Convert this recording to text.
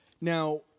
Now